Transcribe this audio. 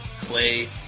clay